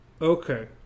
okay